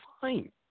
fine